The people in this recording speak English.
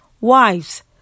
Wives